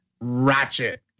Ratchet